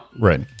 Right